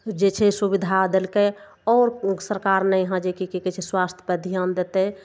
जे छै सुविधा देलकय आओर सरकार ने यहाँ जे कि कि कहय छै स्वास्थपर ध्यान देतय